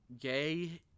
Gay